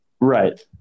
Right